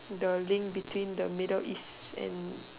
the link between the Middle East and the